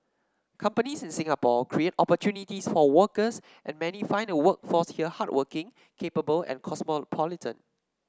companies in Singapore create opportunities for workers and many find the workforce here hardworking capable and cosmopolitan